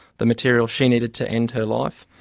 the material she needed to end her life,